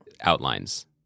outlines